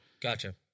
Gotcha